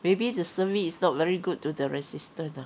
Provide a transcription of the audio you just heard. maybe the service is not very good to the resident